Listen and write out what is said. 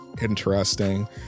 interesting